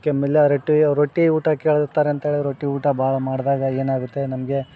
ಕೆಮ್ಮಿಲಾರಿಟಿ ಅವು ರೊಟ್ಟಿ ಊಟ ಕೆಳಿರ್ತಾರೆ ಅಂತೇಳಿ ರೊಟ್ಟಿ ಊಟ ಭಾಳ ಮಾಡಿದಾಗ ಏನಾಗುತ್ತೆ ನಮಗೆ